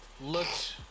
looked